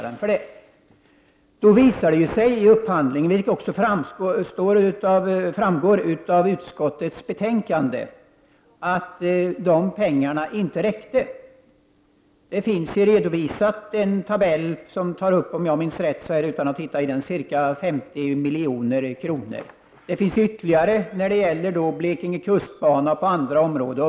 Det visade sig vid upphandlingen, vilket även framgår av utskottsbetänkandet, att pengarna inte räckte. I en tabell redovisas, om jag minns rätt, ca 50 milj.kr. Det fanns ytterligare pengar när det gäller Blekinge kustbana och andra områden.